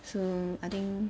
so I think